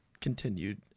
continued